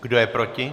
Kdo je proti?